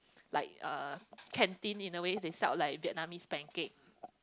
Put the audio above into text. like uh canteen in a way they sell like Vietnamese pancake